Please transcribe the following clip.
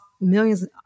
millions